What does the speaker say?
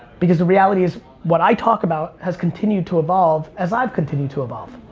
because the reality is, what i talk about has continued to evolve as i've continued to evolve.